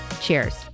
Cheers